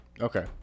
Okay